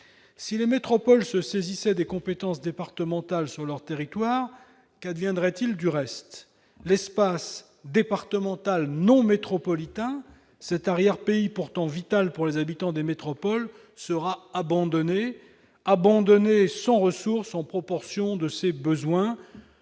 Si les métropoles se saisissaient des compétences départementales dans leurs territoires, qu'adviendrait-il du reste ? L'espace départemental non métropolitain, cet arrière-pays vital pour les habitants des métropoles, serait abandonné à lui-même, sans ressources en proportion de ses besoins.